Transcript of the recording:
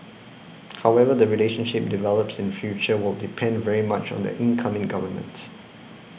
how the relationship develops in future will depend very much on the incoming government